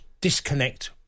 disconnect